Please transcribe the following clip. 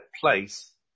place